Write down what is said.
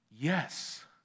yes